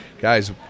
guys